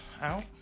out